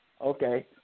Okay